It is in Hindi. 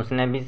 उसने भी